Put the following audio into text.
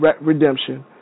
redemption